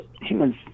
humans